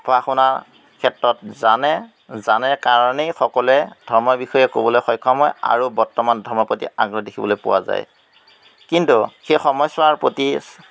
পঢ়া শুনাৰ ক্ষেত্ৰত জানে জানে কাৰণেই সকলোৱে ধৰ্মৰ বিষয়ে ক'বলৈ সক্ষম হয় আৰু বৰ্তমান ধৰ্মৰ প্ৰতি আগ্ৰহ দেখিবলৈ পোৱা যায় কিন্তু সেই সময়ছোৱাৰ প্ৰতি